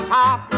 top